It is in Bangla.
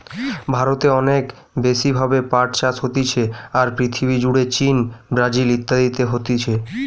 ভারতে অনেক বেশি ভাবে পাট চাষ হতিছে, আর পৃথিবী জুড়ে চীন, ব্রাজিল ইত্যাদিতে হতিছে